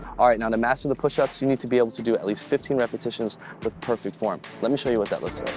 all right, now to master the push ups you need to be able to do at least fifteen repetitions with perfect form. let me show you what that looks